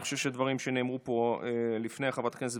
אני חושב שהדברים שנאמרו פה לפני חברת הכנסת